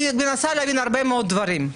אני מנסה להבין הרבה מאוד דברים.